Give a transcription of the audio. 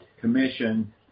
commission